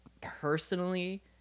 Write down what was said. personally